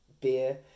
beer